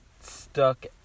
stuck